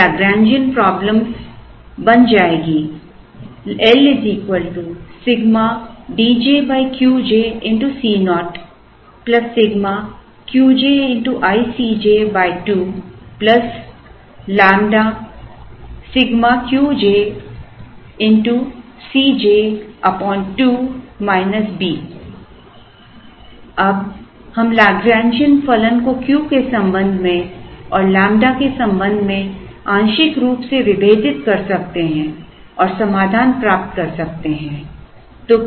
तो Lagrangian problem बन जाएगी L Σ D j Q j Co Σ Qj i C j 2 ƛ Σ Q j C j 2 B अब हम Lagrangian फलन को Q के संबंध में और लैम्ब्डा के संबंध में आंशिक रूप से विभेदित कर सकते हैं और समाधान प्राप्त कर सकते हैं